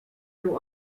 był